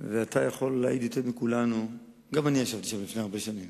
מאוד לעשות משהו בעניין ולא מצליחים בגלל המאבקים הפנימיים.